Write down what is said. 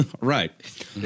right